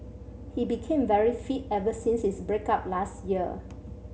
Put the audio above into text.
he became very fit ever since his break up last year